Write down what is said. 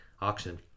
auction